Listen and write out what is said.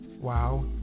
wow